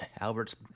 albert's